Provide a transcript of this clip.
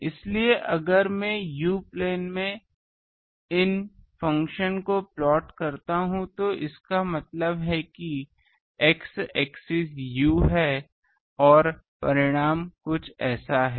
इसलिए अगर मैं U प्लेन में इन फ़ंक्शन को प्लॉट करता हूं तो इसका मतलब है कि x एक्सिस u है और यह परिमाण कुछ ऐसा है